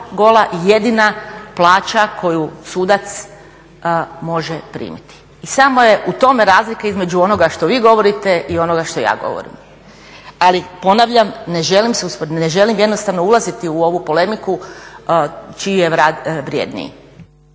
gola i jedina plaća koju sudac može primiti i samo je u tome razlika između onoga što vi govorite i onoga što ja govorim. Ali ponavljam, ne želim jednostavno ulaziti u ovu polemiku čiji je rad vrjedniji.